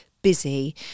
busy